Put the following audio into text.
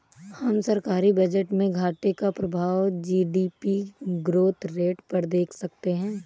हम सरकारी बजट में घाटे का प्रभाव जी.डी.पी ग्रोथ रेट पर देख सकते हैं